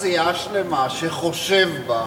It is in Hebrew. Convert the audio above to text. יש לך סיעה שלמה שחושב בה,